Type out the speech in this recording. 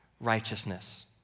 righteousness